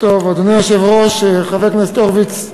אדוני היושב-ראש, חבר הכנסת הורוביץ,